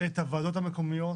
את הוועדות המקומיות,